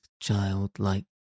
childlike